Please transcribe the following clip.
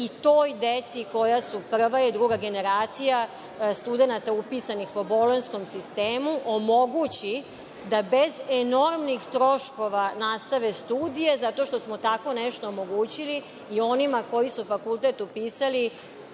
i toj deci koja su prva i druga generacija studenata upisanih po bolonjskom sistemu omogući da bez enormnim troškova nastave studije, zato što smo tako nešto omogućili i onima koji su fakultet upisali